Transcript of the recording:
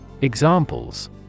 Examples